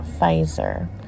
Pfizer